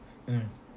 um